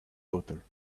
daughter